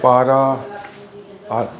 पारा